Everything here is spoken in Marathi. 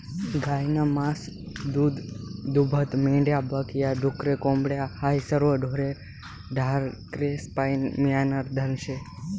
गायनं मास, दूधदूभतं, मेंढ्या बक या, डुकरे, कोंबड्या हायी सरवं ढोरे ढाकरेस्पाईन मियनारं धन शे